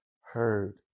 heard